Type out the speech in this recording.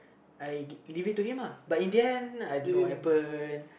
I give it to him uh but in the end I don't know what happen